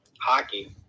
hockey